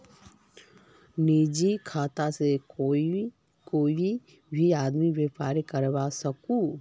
निजी खाता से कोए भी आदमी व्यापार करवा सकोहो